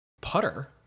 putter